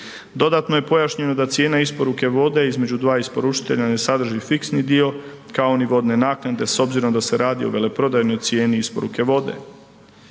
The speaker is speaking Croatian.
Dodatno je pojašnjeno da cijena isporuke vode između dva isporučitelja ne sadrži fiksni dio kao ni vodne naknade s obzirom da se radi o veleprodajnoj cijeni isporuke vode.